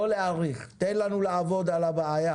לא להאריך, תן לנו לעבוד על הבעיה.